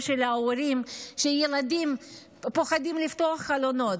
של ההורים שילדים פוחדים לפתוח חלונות,